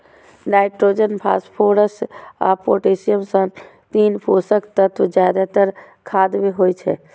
nitrogen, phosphorus आ potassium सन तीन पोषक तत्व जादेतर खाद मे होइ छै